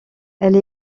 elle